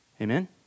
Amen